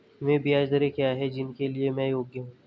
वे ब्याज दरें क्या हैं जिनके लिए मैं योग्य हूँ?